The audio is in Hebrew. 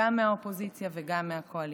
גם מהאופוזיציה וגם מהקואליציה.